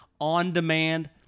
On-demand